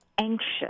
anxious